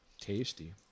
tasty